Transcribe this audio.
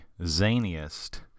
zaniest